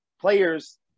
players